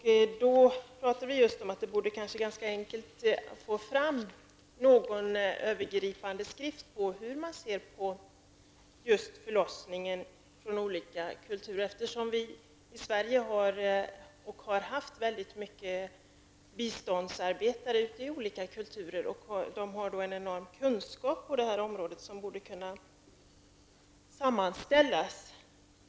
Det borde vara enkelt att få fram en övergripande skrift på hur man ser på förlossningen i olika kulturer. Sverige har och har haft många biståndsarbetare i olika kulturer. De har då en enorm kunskap på området som borde kunna sammanställas.